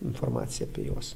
informaciją apie juos